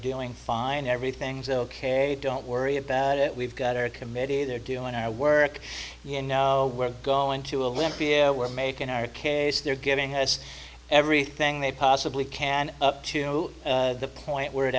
dealing fine everything's ok don't worry about it we've got our committee there doing our work you know we're going to a limpia we're making our case they're giving us everything they possibly can up to the point where it